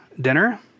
dinner